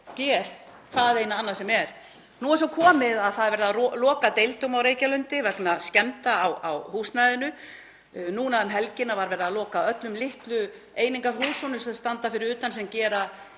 eða hvaðeina annað. Nú er svo komið að það er verið að loka deildum á Reykjalundi vegna skemmda á húsnæðinu. Um helgina var verið að loka öllum litlu einingahúsunum sem standa fyrir utan sem gera